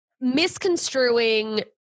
misconstruing